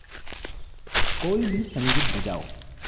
कोई भी संगीत बजाओ